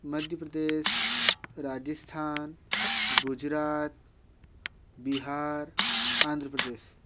Madhya Pradesh Rajasthan Gujarat Bihar Andhra Pradesh